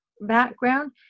background